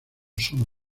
son